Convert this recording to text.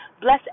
bless